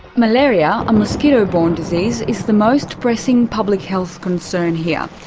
malaria, a mosquito-borne disease, is the most pressing public health concern here.